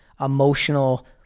emotional